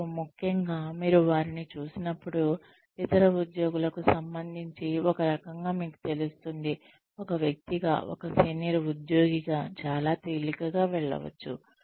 మరియు ముఖ్యంగా మీరు వారిని చూసినప్పుడు ఇతర ఉద్యోగులకు సంబంధించి ఒక రకంగా మీకు తెలుస్తుంది ఒక వ్యక్తిగా ఒక సీనియర్ ఉద్యోగిగా చాలా తేలికగా వెళ్ళవచ్చు